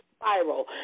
spiral